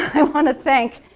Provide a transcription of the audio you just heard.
i want to thank,